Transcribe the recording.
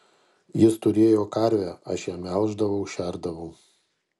jis turėjo karvę aš ją melždavau šerdavau